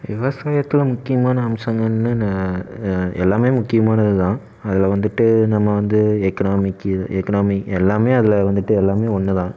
விவசாயத்தில் முக்கியமான அம்சம் என்னென்னா எல்லாமே முக்கியமானதுதான் அதில் வந்துட்டு நம்ம வந்து எக்கனாமிக் எக்கனாமி எல்லாமே அதில் வந்துட்டு எல்லாமே ஒன்றுதான்